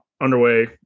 underway